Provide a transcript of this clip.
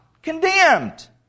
Condemned